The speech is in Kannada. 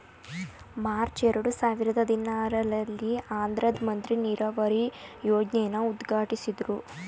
ಮಾರ್ಚ್ ಎರಡು ಸಾವಿರದ ಹದಿನಾರಲ್ಲಿ ಆಂಧ್ರದ್ ಮಂತ್ರಿ ನೀರಾವರಿ ಯೋಜ್ನೆನ ಉದ್ಘಾಟ್ಟಿಸಿದ್ರು